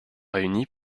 réunis